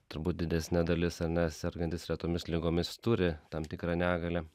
turbūt didesnė dalis ar ne sergantys retomis ligomis turi tam tikrą negalią